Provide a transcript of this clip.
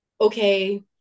okay